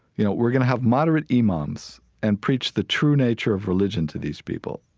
you know, we're going to have moderate imams and preach the true nature of religion to these people,